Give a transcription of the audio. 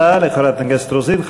תודה לחברת הכנסת רוזין.